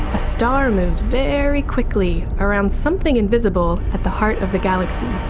a star moves very quickly around something invisible at the heart of the galaxy.